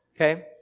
okay